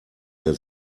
der